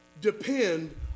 depend